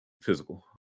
physical